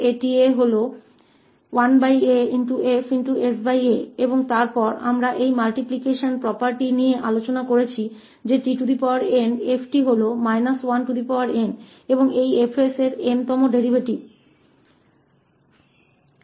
और फिर हम भी इस गुणा संपत्ति है पर चर्चा की है की tnf n है और इस 𝐹 𝑠 का 𝑛th डेरीवेटिव है